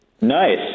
Nice